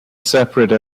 separate